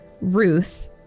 Ruth